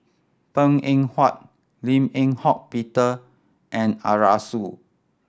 Png Eng Huat Lim Eng Hock Peter and Arasu